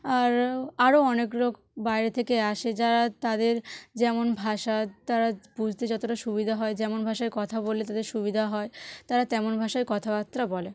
আরও আরও অনেক লোক বাইরে থেকে আসে যারা তাদের যেমন ভাষা তারা বুঝতে যতটা সুবিধা হয় যেমন ভাষায় কথা বললে তাদের সুবিধা হয় তারা তেমন ভাষায় কথাবার্তা বলে